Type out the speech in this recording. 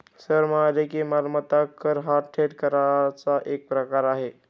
sir म्हणाले की, मालमत्ता कर हा थेट कराचा एक प्रकार आहे